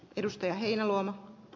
arvoisa puhemies